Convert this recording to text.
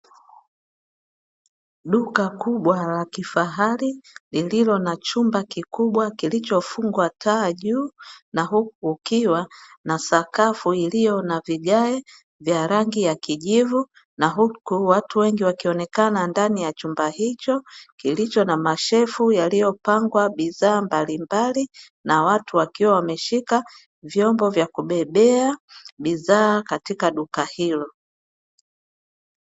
Duka kubwa la kifahari lililo na chumba kikubwa kilichofungwa taa juu na huku kukiwa na sakafu iliyo na vigae vya rangi ya kijivu, na huku watu wengi wakionekana ndani ya chumba hicho kilicho, na mashelfu yaliyopangwa bidhaa mbalimbali, na watu wakiwa wameshika vyombo vya kubebea bidhaa katika duka hilo.